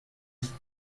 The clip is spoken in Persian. است